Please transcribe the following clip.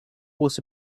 was